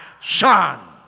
son